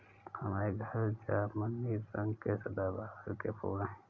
हमारे घर जामुनी रंग के सदाबहार के फूल हैं